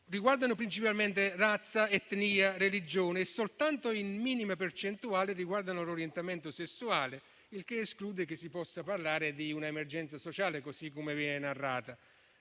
riguardano principalmente razza, etnia e religione e soltanto in minima percentuale l'orientamento sessuale, il che esclude che si possa parlare di un'emergenza sociale così come viene narrata.